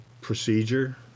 procedure